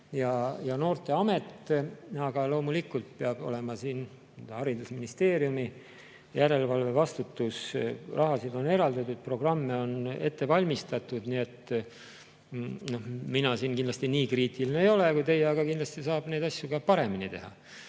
[ülesanne]. Aga loomulikult peab olema haridusministeeriumi järelevalve, vastutus, raha on eraldatud, programme on ette valmistatud. Mina siin kindlasti nii kriitiline ei ole kui teie, aga kindlasti saab neid asju ka paremini teha.